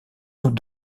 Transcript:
nous